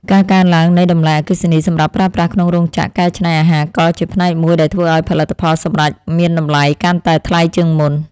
ការកើនឡើងនៃតម្លៃអគ្គិសនីសម្រាប់ប្រើប្រាស់ក្នុងរោងចក្រកែច្នៃអាហារក៏ជាផ្នែកមួយដែលធ្វើឱ្យផលិតផលសម្រេចមានតម្លៃកាន់តែថ្លៃជាងមុន។